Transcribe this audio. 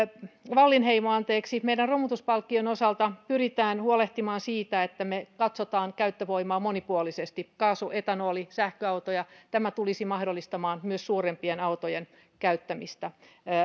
wallinheimo romutuspalkkion osalta pyritään huolehtimaan siitä että me katsomme käyttövoimaa monipuolisesti kaasu etanoli sähköautoja tämä tulisi mahdollistamaan myös suurempien autojen käyttämistä